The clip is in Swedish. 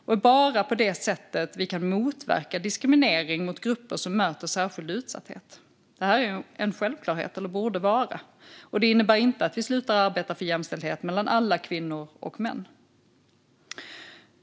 Det är bara på det sättet som vi kan motverka diskriminering mot grupper som möter särskild utsatthet. Det här är, eller borde vara, en självklarhet, och det innebär inte att vi slutar att arbeta för jämställdhet mellan alla kvinnor och män.